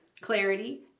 clarity